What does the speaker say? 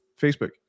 Facebook